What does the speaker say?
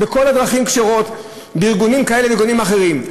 וכל הדרכים כשרות בארגונים כאלה וארגונים אחרים.